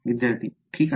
विद्यार्थी ठीक आहे